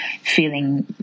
feeling